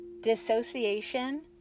Dissociation